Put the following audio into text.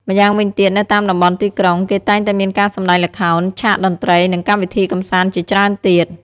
ម្យ៉ាងវិញទៀត នៅតាមតំបន់ទីក្រុង គេតែងមានការសម្ដែងល្ខោន ឆាកតន្ត្រី និងកម្មវិធីកម្សាន្តជាច្រើនទៀត។